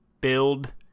build